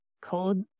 cold